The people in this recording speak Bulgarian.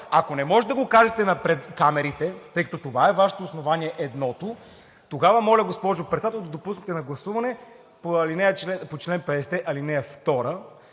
Ако не може да го кажете пред камерите, тъй като това е Вашето основание – едното, тогава моля, госпожо Председател, да допуснете на гласуване по чл. 50, ал. 2